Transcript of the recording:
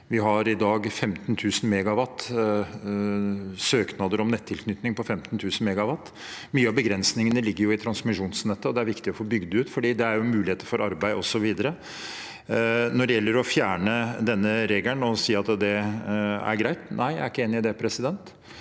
Vi har i dag søknader om nettilknytning på 15 000 MW. Mye av begrensningene ligger i transmisjonsnettet, og det er viktig å få bygd det ut, for det gir muligheter for arbeid osv. Når det gjelder å fjerne denne regelen og si at det er greit – nei, jeg er ikke enig i det. Vi